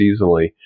seasonally